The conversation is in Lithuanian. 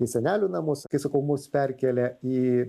į senelių namus kai sakau mus perkėlė į